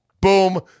Boom